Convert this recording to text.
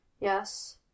Yes